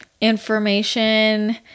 information